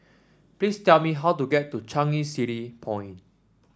please tell me how to get to Changi City Point